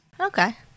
Okay